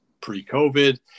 pre-covid